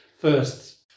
first